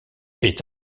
est